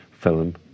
film